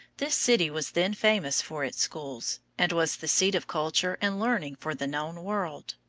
this city was then famous for its schools, and was the seat of culture and learning for the known world.